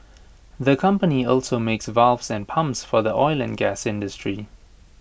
the company also makes valves and pumps for the oil and gas industry